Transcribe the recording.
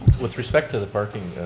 with respect to the parking,